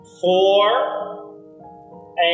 Four